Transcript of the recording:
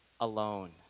alone